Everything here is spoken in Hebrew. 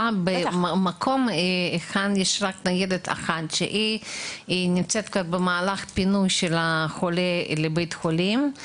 במקום היכן שיש רק ניידת אחת שנמצאת במהלך פינוי של חולה לבית חולים,